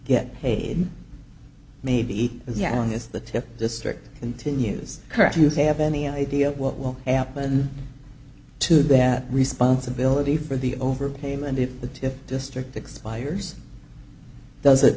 get paid maybe eat as young as the tip district continues correct you have any idea of what will happen to that responsibility for the overpayment if the tip district expires does it